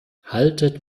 haltet